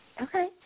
Okay